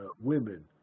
Women